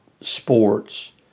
sports